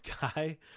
guy